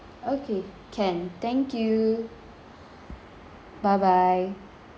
can thank you bye bye